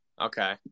Okay